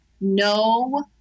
no